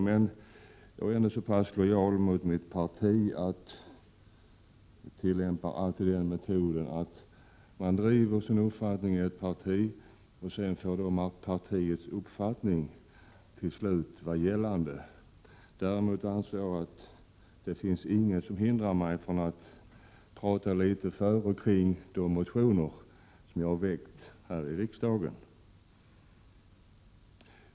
Jag är också lojal mot mitt parti och tillämpar alltid den metod som innebär att man även om man inom partiet driver sin egen uppfattning till slut biträder den uppfattning som partiet anser skall gälla. Det finns emellertid inte något som hindrar mig från att här något beröra de motioner som jag har väckt i riksdagen.